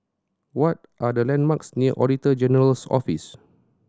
what are the landmarks near Auditor General's Office